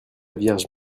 vierge